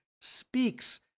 speaks